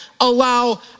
allow